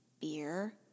beer